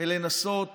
בלנסות